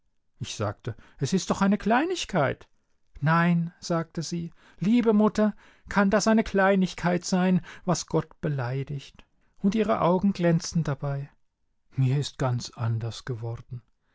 ich sagte es ist doch eine kleinigkeit nein sagte sie liebe mutter kann das eine kleinigkeit sein was gott beleidigt und ihre augen glänzten ganz dabei mir ist ganz anders geworden